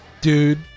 Dude